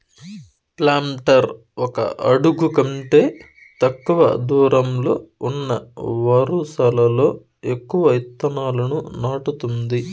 planter ఒక అడుగు కంటే తక్కువ దూరంలో ఉన్న వరుసలలో ఎక్కువ ఇత్తనాలను నాటుతుంది